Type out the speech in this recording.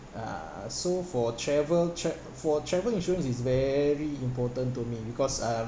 uh so for travel tra~ for travel insurance it's very important to me because um